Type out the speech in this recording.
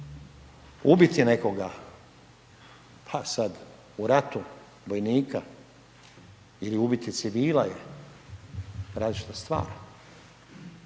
ubiti nekoga, pa sada u ratu vojnika ili ubiti civila je različita stvar.